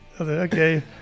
okay